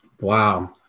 Wow